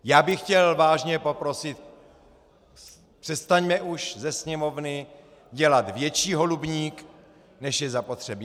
Já bych chtěl vážně poprosit: přestaňme už ze Sněmovny dělat větší holubník, než je zapotřebí.